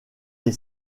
les